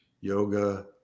yoga